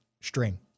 string